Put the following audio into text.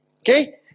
Okay